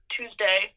Tuesday